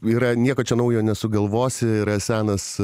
yra nieko čia naujo nesugalvosi yra senas